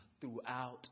throughout